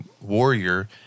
warrior